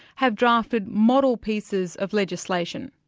have drafted model pieces of legislation.